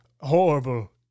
horrible